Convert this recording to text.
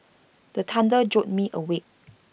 the thunder jolt me awake